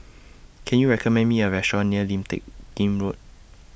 Can YOU recommend Me A Restaurant near Lim Teck Kim Road